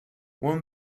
one